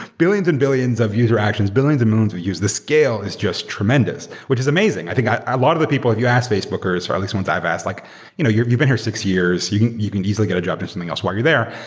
billions and billions of user actions, billions and millions who use, the scale is just tremendous, which is amazing. i think a lot of the people, if you ask facebookers or at least ones i've asked. like you know you've been here six years. you can you can easily get a job through something else while you're there.